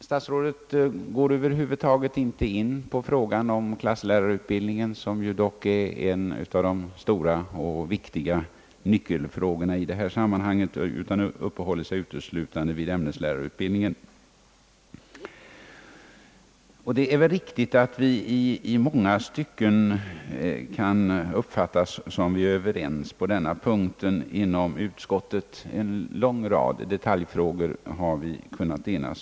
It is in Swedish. Statsrådet går över huvud taget inte in på frågan om klasslärarutbildningen, som dock är en av de stora och viktiga nyckelfrågorna i sammanhanget, utan uppehåller sig uteslutande vid ämneslärarutbildningen. Det är väl riktigt, att vi i många stycken kan uppfattas som överens; på en lång rad detaljfrågor har vi inom utskottet kunnat enas.